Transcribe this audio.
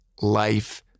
Life